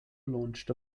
launched